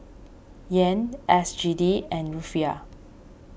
Yen S G D and Rufiyaa